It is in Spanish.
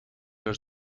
los